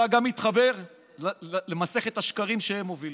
אתה גם מתחבר למסכת השקרים שהם מובילים,